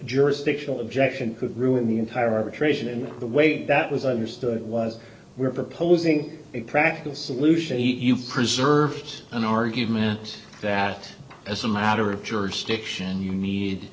jurisdictional objection could ruin the entire operation in the way that was understood was we're proposing a practical solution you preserved an argument that as a matter of jurisdiction you need